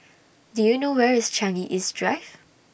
Do YOU know Where IS Changi East Drive